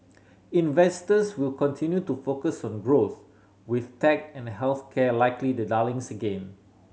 investors will continue to focus on growth with tech and health care likely the darlings again